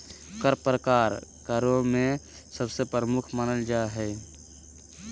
कर प्रकार करों में सबसे प्रमुख मानल जा हय